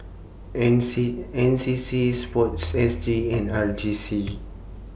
N C N C C Sports S G and R J C